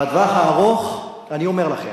בטווח הארוך, אני אומר לכם,